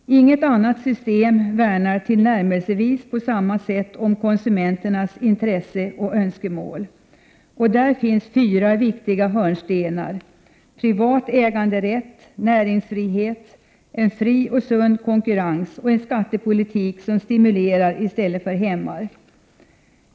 Inget annat system värnar tillnärmelsevis på samma sätt om konsumenternas intresse och önskemål. Och där finns fyra viktiga hörnstenar: privat äganderätt, näringsfrihet, en fri och sund konkurrens och en skattepolitik som stimulerar i stället för hämmar.